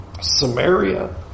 Samaria